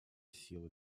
силы